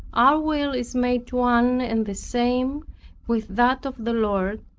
our will is made one and the same with that of the lord,